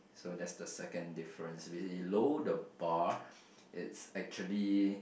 so that's the second difference below the bar it's actually